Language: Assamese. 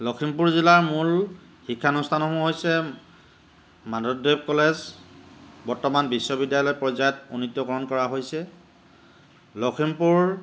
লখিমপুৰ জিলাৰ মূল শিক্ষানুষ্ঠানসমূহ হৈছে মাধবদেৱ কলেজ বৰ্তমান বিশ্ববিদ্যালয় পৰ্য্যায়ত উন্নীতকৰণ কৰা হৈছে লখিমপুৰ